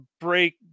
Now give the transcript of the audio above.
break